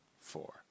four